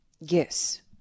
Yes